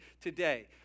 today